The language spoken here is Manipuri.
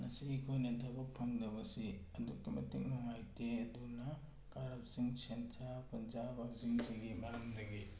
ꯉꯁꯤ ꯑꯩꯈꯣꯏꯅ ꯊꯕꯛ ꯐꯪꯗꯕꯁꯤ ꯑꯗꯨꯛꯀꯤ ꯃꯇꯤꯛ ꯅꯨꯡꯉꯥꯏꯇꯦ ꯑꯗꯨꯅ ꯀꯔꯞꯁꯟ ꯁꯦꯟꯖꯥ ꯊꯨꯝꯖꯥꯕꯁꯤꯡꯁꯤꯒꯤ ꯃꯔꯝꯗꯒꯤ